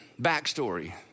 backstory